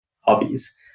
hobbies